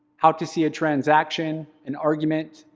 how to see a transaction, an argument,